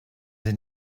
sie